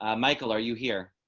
ah michael, are you here.